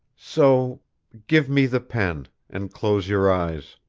so give me the pen. and close your eyes.